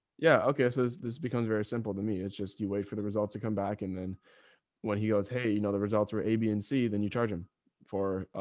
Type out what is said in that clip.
yeah. okay. so this, this becomes very simple me. it's just, you wait for the results to come back. and then when he goes, hey, you know, the results were a, b and c, then you charge him for,